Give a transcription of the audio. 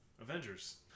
Avengers